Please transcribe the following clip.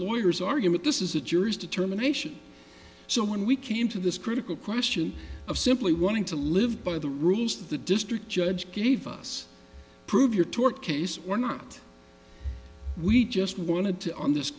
lawyers argument this is a jury's determination so when we came to this critical question of simply wanting to live by the rules the district judge gave us prove your torque case or not we just wanted to on this